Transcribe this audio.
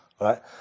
right